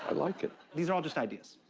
like it. these are all just ideas.